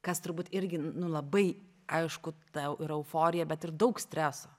kas turbūt irgi nu labai aišku tau ir euforija bet ir daug streso